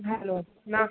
hello না